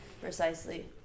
Precisely